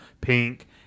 pink